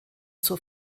zur